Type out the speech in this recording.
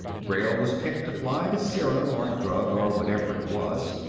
grayl was picked to fly the serum, or drug or whatever it was.